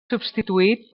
substituït